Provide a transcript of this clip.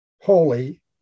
holy